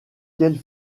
quelle